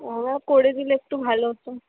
ও করে দিলে একটু ভালো হতো